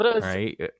Right